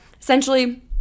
essentially